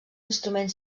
instrument